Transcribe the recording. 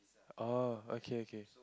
oh okay okay